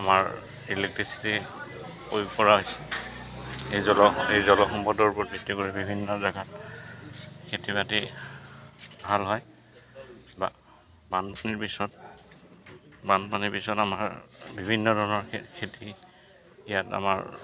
আমাৰ ইলেক্ট্ৰিচিটি প্ৰয়োগ কৰা হৈছে এই জল এই জল সম্পদৰ ওপৰত ভিত্তি কৰি বিভিন্ন জেগাত খেতি বাতি ভাল হয় বা বানপানীৰ পিছত বানপানীৰ পিছত আমাৰ বিভিন্ন ধৰণৰ খেতি ইয়াত আমাৰ